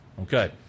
okay